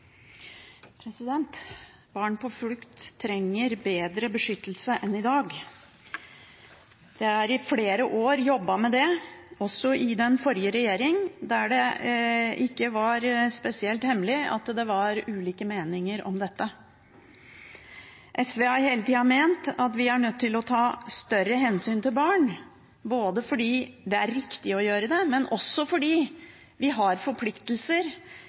Barn på flukt trenger bedre beskyttelse enn i dag. Det har i flere år blitt jobbet med det – også i den forrige regjeringen, der det ikke var spesielt hemmelig at det var ulike meninger om dette. SV har hele tida ment at vi er nødt til å ta større hensyn til barn, både fordi det er riktig å gjøre det og fordi vi har forpliktelser